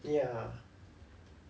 ya